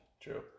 True